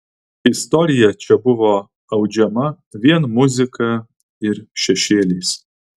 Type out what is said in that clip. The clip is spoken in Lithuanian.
istorija čia buvo audžiama vien muzika ir šešėliais